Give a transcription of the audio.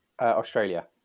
Australia